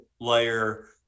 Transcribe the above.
layer